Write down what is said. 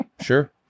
sure